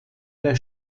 der